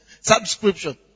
subscription